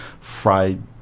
fried